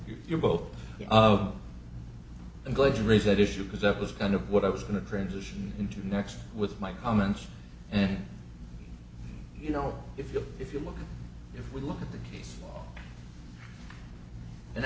you're both i'm glad you raised that issue because that was kind of what i was going to transition into next with my comments and you know if you if you look if we look at the case